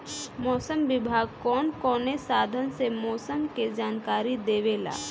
मौसम विभाग कौन कौने साधन से मोसम के जानकारी देवेला?